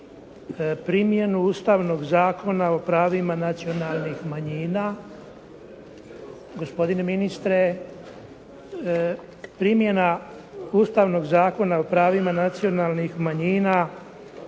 primjenu Ustavnog zakona o pravima nacionalnih manjina.